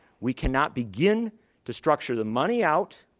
we cannot begin to structure the money out,